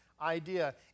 idea